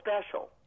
special